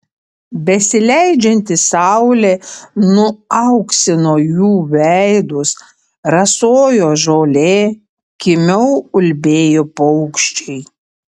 besileidžianti saulė nuauksino jų veidus rasojo žolė kimiau ulbėjo paukščiai